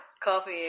Coffee